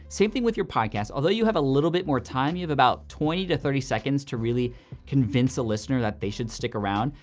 same thing with your podcast. although you have a little bit more time, you have about twenty to thirty seconds to really convince a listener that they should stick around.